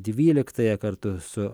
dvyliktąją kartu su